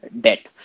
debt